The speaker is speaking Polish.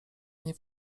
nie